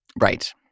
Right